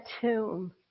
tomb